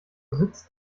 sitzt